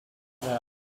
there